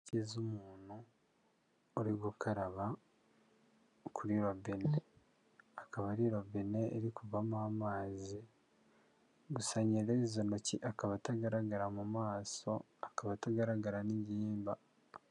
Intoki z'umuntu uri gukaraba kuri robine, akaba ari robine iri kuvamo amazi, gusa nyeri izo ntoki, akaba atagaragara mu maso, akaba atagaragara n'igihimba.